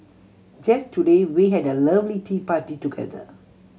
just today we had a lovely tea party together